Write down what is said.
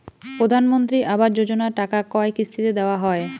প্রধানমন্ত্রী আবাস যোজনার টাকা কয় কিস্তিতে দেওয়া হয়?